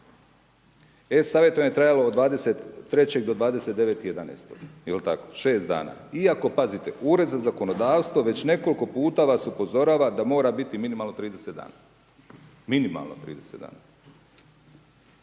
E-savjetovanje je trajalo od 23.-29.11. jel tako, 6 dana. Iako pazite, Ured za zakonodavstvo, već nekoliko puta vas upozorava da mora biti minimalno 30 dana, minimalno 30 dana.